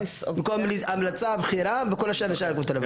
במקום "המלצה" "בחירה" וכל השאר נשאר אותו דבר.